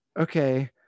okay